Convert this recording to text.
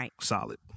solid